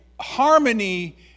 harmony